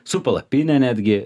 su palapine netgi